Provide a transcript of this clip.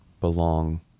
belong